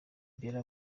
bella